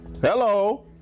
hello